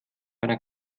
einer